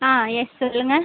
ஆ yes சொல்லுங்கள்